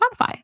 Spotify